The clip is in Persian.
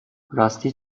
راستی